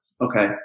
Okay